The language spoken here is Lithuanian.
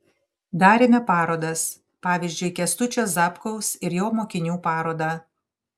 darėme parodas pavyzdžiui kęstučio zapkaus ir jo mokinių parodą